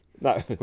No